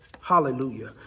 Hallelujah